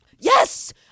Yes